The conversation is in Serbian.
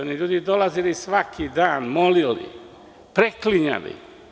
Oni su ljudi dolazili svaki dan i molili, preklinjali.